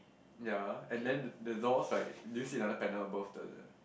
ya and then the the doors right do you see another panel above the